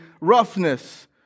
roughness